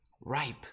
Ripe